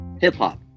hip-hop